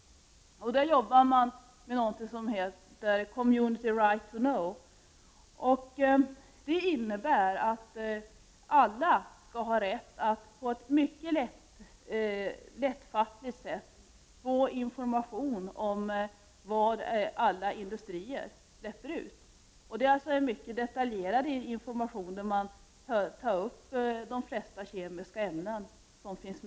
Där jobbar man med någonting som heter Community right to know. Det innebär att alla skall ha rätt att på ett mycket lättfattligt sätt få information om vad alla industrier släpper ut. Det är mycket detaljerad information. Man tar upp de flesta kemiska ämnen som finns.